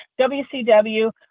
WCW